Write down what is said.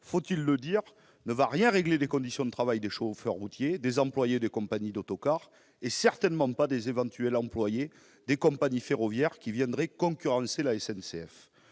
faut-il le dire ? -ne va rien régler des conditions de travail des chauffeurs routiers, des employés des compagnies d'autocar, ni, j'en suis sûr, des éventuels employés des compagnies ferroviaires qui viendraient concurrencer la SNCF.